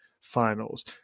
finals